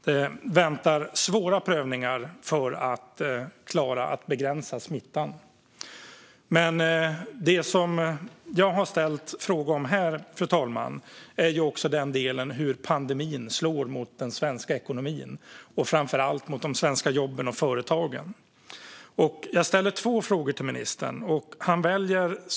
Det väntar svåra prövningar för att klara att begränsa smittan. Det som jag har frågat om här, fru talman, handlar också om hur pandemin slår mot den svenska ekonomin och framför allt mot de svenska jobben och företagen. Jag ställde två frågor till ministern.